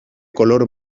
color